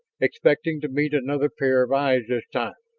expecting to meet another pair of eyes this time,